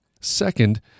Second